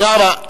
תודה רבה.